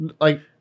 like-